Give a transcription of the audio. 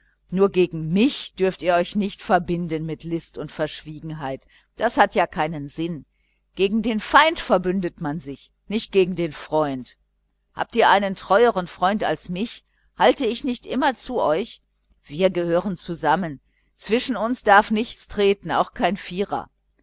nur gegen mich dürft ihr euch nicht verbinden mit list und verschwiegenheit das hat ja keinen sinn gegen den feind verbindet man sich nicht gegen den freund habt ihr einen treuern freund als mich halte ich nicht immer zu euch wir gehören zusammen zwischen uns darf nichts treten auch kein vierer